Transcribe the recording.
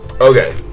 Okay